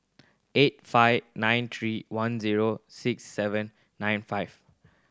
eight five nine three one zero six seven nine five